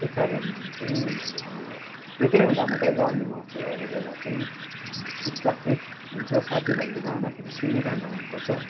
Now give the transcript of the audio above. त्यही कारण चाहिँ अब एक्लै हुँदा मात्र गाउने गर्छु अरू बेला चाहिँ चुपचाप नै हुन्छ साथीभाइले गाउँदाखेरि सुनिरहनु मनपर्छ